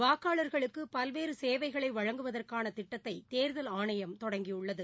வாக்காளர்களுக்கு பல்வேறு சேவைகளை வழங்குவதற்கான திட்டத்தை தேர்தல் ஆணையம் தொடங்கியுள்ளது